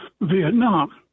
Vietnam